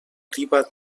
riba